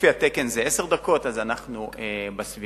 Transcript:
לפי התקן זה עשר דקות, אז אנחנו בסביבה.